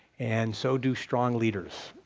and so do strong leaders.